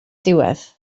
diwedd